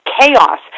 chaos